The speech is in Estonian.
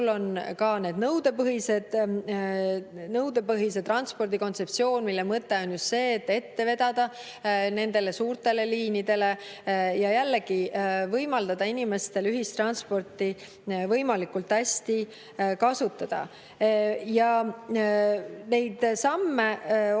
on ka nõudepõhise transpordi kontseptsioon, mille mõte on just see, et ette vedada suurtele liinidele ja jällegi võimaldada inimestel ühistransporti võimalikult hästi kasutada. Neid samme on